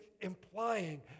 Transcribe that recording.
implying